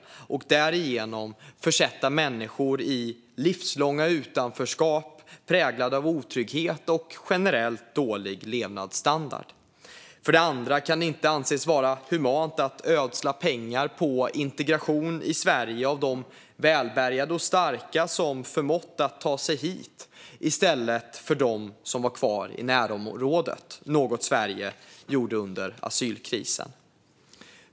Genom att göra det försätter man människor i livslånga utanförskap präglade av otrygghet och generellt dålig levnadsstandard. För det andra kan det inte anses vara humant att som Sverige gjorde under asylkrisen ödsla pengar på integration i Sverige av de välbärgade och starka som har förmått att ta sig hit i stället för på dem som är kvar i närområdet.